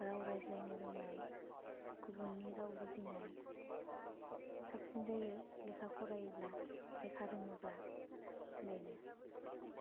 राव रायज्लायनो रोंनाय गुबुननि राव बुजिनाय साबसिन जायो लेखा फरायोब्ला लेखा रोङोब्ला बेनो